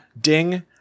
Ding